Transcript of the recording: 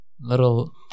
little